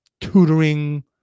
tutoring